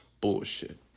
Bullshit